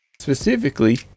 Specifically